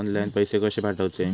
Online पैसे कशे पाठवचे?